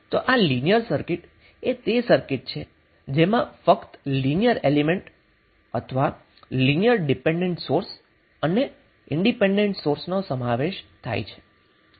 તો આ linear circuit એ તે સર્કિટ છે જેમાં ફક્ત linear element linear dependent source અને ઇન્ડિપેન્ડેન્ટ સોર્સ નો સમાવેશ થાય છે